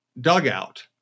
dugout